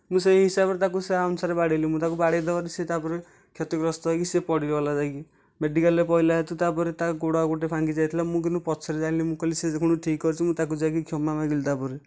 ମୁଁ ସେହି ହିସାବରେ ତାକୁ ସେହି ଅନୁସାରେ ବାଡ଼େଇଲି ମୁଁ ତାକୁ ବାଡେ଼ଇ ଦେବାରୁ ସେ ତା'ପରେ କ୍ଷତଗ୍ରସ୍ତ ହେଇକି ସେ ପଡ଼ିଗଲା ଯାଇକି ମେଡ଼ିକାଲ୍ରେ ପଡ଼ିଲା ହେତୁ ତା'ପରେ ତାର ଗୋଡ଼ ଆଉ ଗୋଟେ ଭାଙ୍ଗି ଯାଇଥିଲା ମୁଁ କିନ୍ତୁ ପଛରେ ଜାଣିଲି ମୁଁ କହିଲି ସେ କ'ଣ ଠିକ୍ ଅଛି ମୁଁ ତାକୁ ଯାଇକି କ୍ଷମା ମାଗିଲି ତା'ପରେ